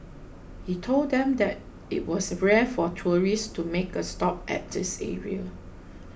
he told them that it was rare for tourists to make a stop at this area